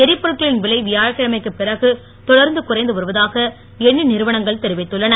எரிபொருட்களின் விலை வியாழக்கிழமைக்கு பிறகு தொடர்ந்து குறைந்து வருவதாக எண்ணெய் நிறுவனங்கள் தெரிவித்துள்ளன